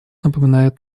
напоминает